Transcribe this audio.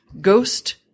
Ghost